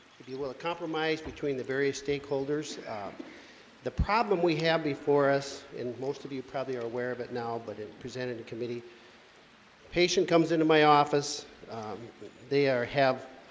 if you will a compromise between the various stakeholders the problem we have before us and most of you probably are aware of it now, but it presented a committee patient comes into my office they are have